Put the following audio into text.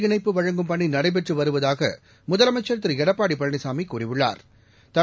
இணைப்பு வழங்கும் பணிநடைபெற்றுவருவதாகமுதலமைச்சா் திருஎடப்பாடிபழனிசாமிகூறியுள்ளாா்